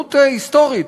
הזדמנות היסטורית,